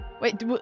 Wait